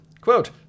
Quote